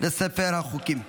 לספר החוקים.